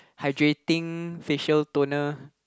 hydrating facial toner